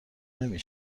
نمی